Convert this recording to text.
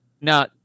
Now